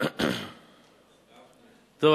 טוב,